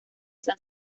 san